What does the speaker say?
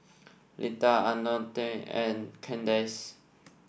Leta Antone and Kandace